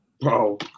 Bro